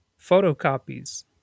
photocopies